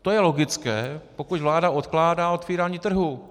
To je logické, pokud vláda odkládá otvírání trhu.